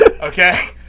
Okay